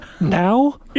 now